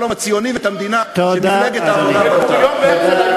הציוני ואת המדינה שמפלגת העבודה בנתה.